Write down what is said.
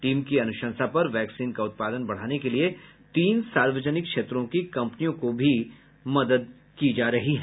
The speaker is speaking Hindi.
टीम की अनुशंसा पर वैक्सीन का उत्पादन बढ़ाने के लिए तीन सार्वजनिक क्षेत्रों की कंपनियों को भी मदद की जा रही है